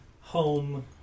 home